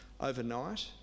overnight